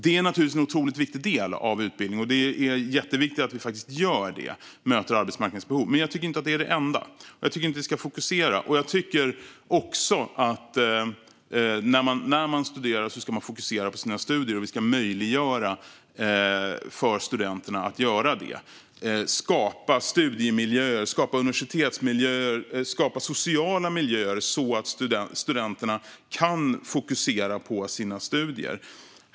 Det är naturligtvis en otroligt viktig del av utbildningen, och det är jätteviktigt att vi möter arbetsmarknadens behov. Men jag tycker inte att det är det enda, och jag tycker inte att vi ska fokusera på det. Jag tycker också att man när man studerar ska fokusera på sina studier, och vi ska möjliggöra för studenterna att göra det. Vi ska skapa studiemiljöer, universitetsmiljöer och sociala miljöer så att studenterna kan fokusera på sina studier.